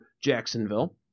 Jacksonville